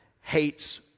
hates